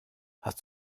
hast